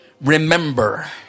remember